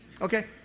Okay